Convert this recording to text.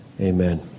Amen